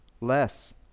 less